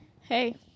Hey